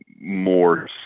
more